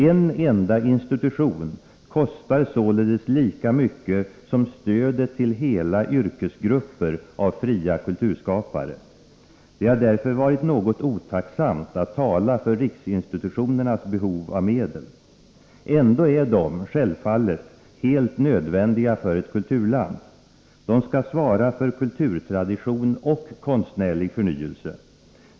En enda institution kostar således lika mycket som stödet till hela yrkesgrupper av fria kulturskapare. Det har därför varit något otacksamt att tala för riksinstitutionernas behov av medel. Ändå är de, självfallet, helt nödvändiga för ett kulturland. De skall svara för kulturtradition och konstnärlig förnyelse.